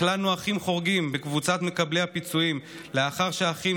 הכללנו אחים חורגים בקבוצת מקבלי הפיצויים לאחר שהאחים